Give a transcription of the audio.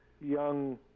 young